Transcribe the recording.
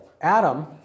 Adam